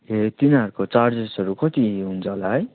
ए तिनीहरूको चार्जेसहरू कति हुन्छ होला है